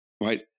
right